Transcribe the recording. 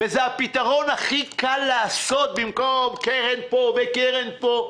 וזה הפתרון הכי קל לעשות במקום קרן פה וקרן פה.